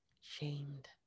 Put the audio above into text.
shamed